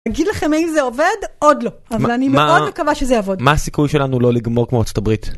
אגיד לכם אם זה עובד עוד לא אבל אני מקווה שזה יעבוד. מה הסיכוי שלנו לא לגמור כמו ארצות הברית.